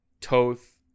Toth